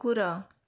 କୁକୁର